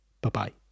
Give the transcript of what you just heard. Bye-bye